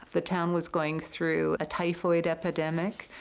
the town was going through a typhoid epidemic.